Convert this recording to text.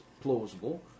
plausible